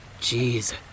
Jeez